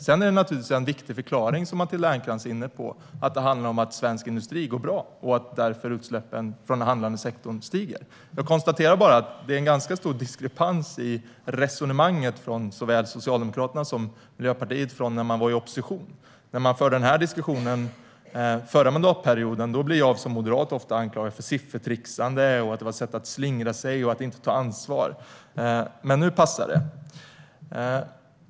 Sedan är Matilda Ernkrans naturligtvis inne på en viktig förklaring, nämligen att svensk industri går bra och att det är därför utsläppen från den handlande sektorn stiger. Jag konstaterar bara att det från såväl Socialdemokraterna som Miljöpartiet är en ganska stor diskrepans i resonemanget jämfört med när man var i opposition. När vi förde denna diskussion under den förra mandatperioden blev jag som moderat ofta anklagad för siffertrixande. Man menade att det var ett sätt att slingra sig och inte ta ansvar, men nu passar det.